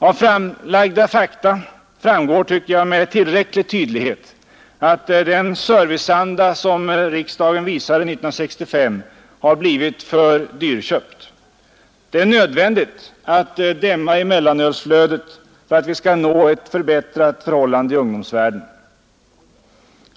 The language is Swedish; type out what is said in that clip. Av framlagda fakta framgår, tycker jag, med tillräcklig tydlighet att den serviceanda som riksdagen visade 1965 har blivit för dyrköpt. Det är nödvändigt att dämma i mellanölsflödet för att vi skall nå ett förbättrat förhållande i ungdomsvärlden.